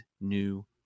new